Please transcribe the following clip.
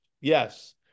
Yes